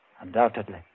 Undoubtedly